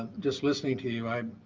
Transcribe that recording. um just listening to you i'm